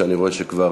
שאני רואה שהוא כבר